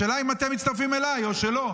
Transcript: השאלה היא אם אתם מצטרפים אליי או שלא.